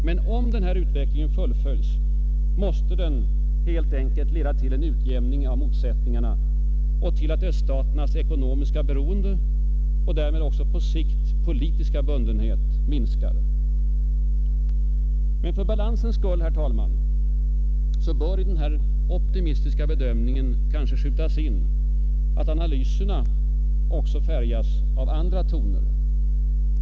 Men om denna utveckling fullföljes måste den helt enkelt leda till en utjämning av motsättningarna och till att öststaternas ekonomiska beroende och därmed också på sikt politiska bundenhet minskar. För balansens skull, herr talman, bör i denna optimistiska bedömning kanske skjutas in att analyserna också färgas av andra toner.